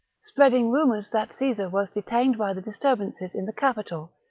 spreading rumours that caesar was detained by the disturbances in the capital,